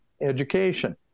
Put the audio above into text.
education